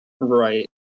Right